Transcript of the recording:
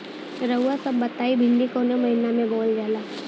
रउआ सभ बताई भिंडी कवने महीना में बोवल जाला?